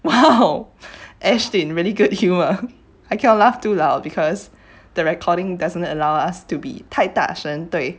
!wow! ashlyn really good humour I cannot laugh too loud because the recording doesn't allow us to be 太大声对